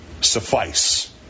suffice